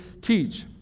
teach